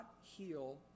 heal